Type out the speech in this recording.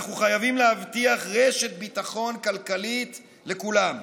אנחנו חייבים להבטיח רשת ביטחון כלכלית לכולם.